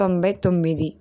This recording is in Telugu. తొంభై తొమ్మిది